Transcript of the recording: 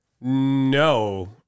No